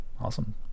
Awesome